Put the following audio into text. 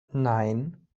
nein